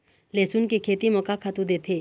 लेसुन के खेती म का खातू देथे?